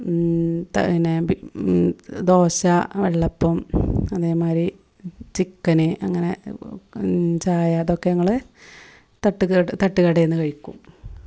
ദോശ വെള്ളപ്പം അതേമാതിരി ചിക്കൻ അങ്ങനെ ചായ അതൊക്കെ ഞങ്ങൾ തട്ടുക തട്ടുകടയിൽ നിന്നു കഴിക്കും